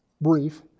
brief